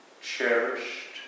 cherished